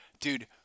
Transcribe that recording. dude